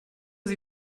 sie